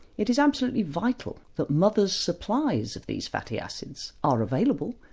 it is absolutely vital that mothers supplies of these fatty acids are available,